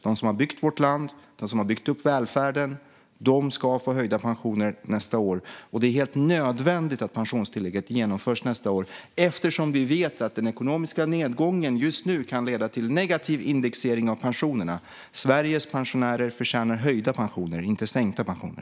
De som har byggt upp vårt land och välfärden ska få höjda pensioner nästa år. Det är helt nödvändigt att pensionstillägget genomförs nästa år eftersom vi vet att den ekonomiska nedgången just nu kan leda till en negativ indexering av pensionerna. Sveriges pensionärer förtjänar höjda pensioner och inte sänkta pensioner.